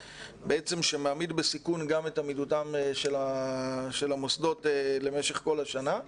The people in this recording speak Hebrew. שמעמיד בסיכון גם את עמידותם של המוסדות למשך כל השנה.